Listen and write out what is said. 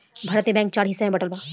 भारत में बैंक चार हिस्सा में बाटल बा